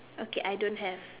okay I don't have